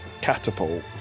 catapult